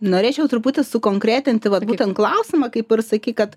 norėčiau truputį sukonkretinti vat būtent klausimą kaip ir sakei kad